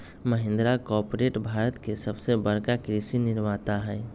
Mahindra corporate Bharat के सबसे बड़का कृषि निर्माता हई